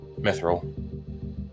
Mithril